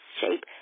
shape